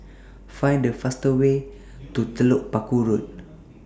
Find The fastest Way to Telok Paku Road